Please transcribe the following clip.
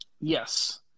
yes